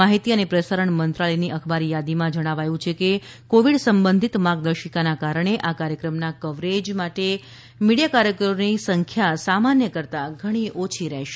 માહિતી અને પ્રસારણ મંત્રાલયની અખબારી યાદીમાં જણાવાયું છે કે કોવિડ સંબંધિત માર્ગદર્શિકાના કારણે આ કાર્યકર્મનાં કવરેજ અ ને મીડિયા કાર્યકરોની સંખ્યા સામાન્ય કરતા ઘણી ઓછી રહેશે